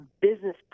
business